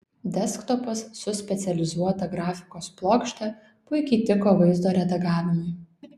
desktopas su specializuota grafikos plokšte puikiai tiko vaizdo redagavimui